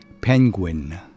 Penguin